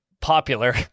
popular